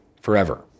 forever